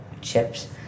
chips